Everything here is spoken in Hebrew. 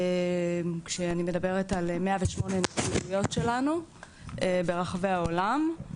כשאני מדברת על 108 נציגויות שלנו ברחבי העולם,